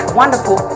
wonderful